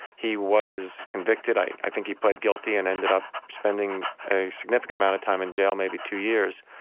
he was convicted, i think he pleaded guilty and ended up spending a significant amount of time in jail, maybe two years.